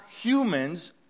humans